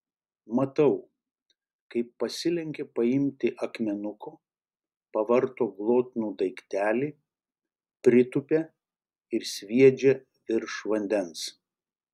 matau kaip pasilenkia paimti akmenuko pavarto glotnų daiktelį pritūpia ir sviedžia virš vandens